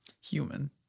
Human